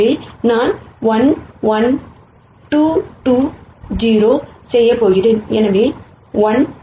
எனவே நான் 1 1 2 2 0 செய்யப் போகிறேன் 1